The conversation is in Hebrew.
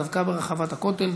דווקא ברחבת הכותל,